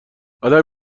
آدم